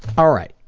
alright.